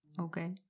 Okay